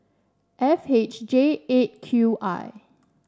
F H J Eight Q I